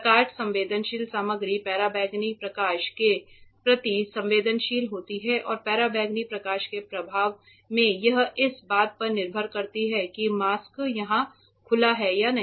प्रकाश संवेदनशील सामग्री पराबैंगनी प्रकाश के प्रति संवेदनशील होती है और पराबैंगनी प्रकाश के प्रभाव में यह इस बात पर निर्भर करती है कि मास्क कहाँ खुला है या नहीं